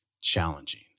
challenging